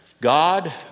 God